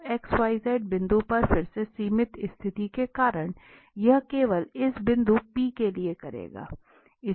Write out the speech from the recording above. तोxyz बिंदु पर फिर से सीमित स्थिति के कारण यह केवल इस बिंदु P के लिए करेगा